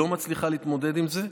היא לא מצליחה להתמודד עם זה,